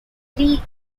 three